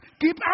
keep